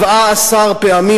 17 פעמים,